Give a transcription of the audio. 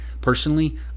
personally